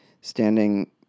standing